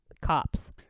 cops